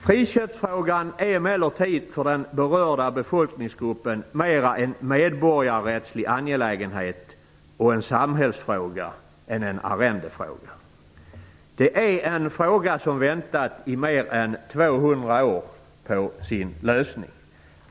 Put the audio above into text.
Friköpsfrågan är emellertid för den berörda befolkningsgruppen mer en medborgarrättslig angelägenhet och en samhällsfråga än en arrendefråga. Det är en fråga som väntat i mer än 200 år på sin lösning.